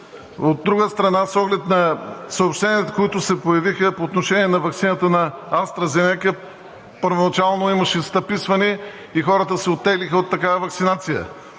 От друга страна, с оглед на съобщенията, които се появиха по отношение на ваксината на „АстраЗенека“, първоначално имаше стъписване и хората се оттеглиха от такава ваксинация.